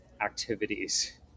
activities